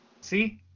see